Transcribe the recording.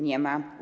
Nie ma.